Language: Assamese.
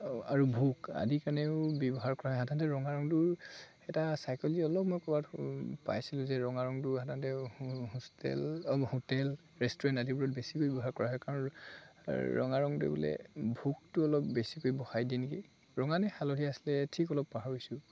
আৰু ভোক আদি কাৰণেও ব্যৱহাৰ কৰা হয় সাধাৰণতে ৰঙা ৰংটোৰ এটা চাইকলজি অলপ মই ক'ৰবাত পাইছিলোঁ যে ৰঙা ৰঙটো সাধাৰণতে হোষ্টেল অ' হোটেল ৰেষ্টুৰেণ্ট আদিবোৰত বেছিকৈ ব্যৱহাৰ কৰা হয় কাৰণ ৰঙা ৰঙটোৱে বোলে ভোকটো অলপ বেছিকৈ বঢ়াই দিয়ে নেকি ৰঙানে হালধীয়া আছিলে ঠিক অলপ পাহৰিছোঁ